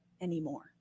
anymore